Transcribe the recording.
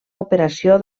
operació